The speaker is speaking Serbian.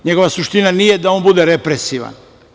Njegova suština nije da on bude represivan.